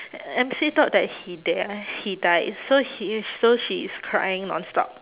M_C thought that he dea~ he died so he uh so she is crying nonstop